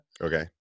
Okay